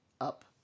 up